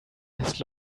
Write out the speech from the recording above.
his